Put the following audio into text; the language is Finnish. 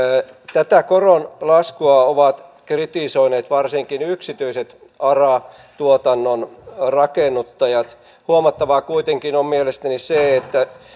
tätä koron laskua ovat kritisoineet varsinkin yksityiset ara tuotannon rakennuttajat huomattavaa kuitenkin on mielestäni se että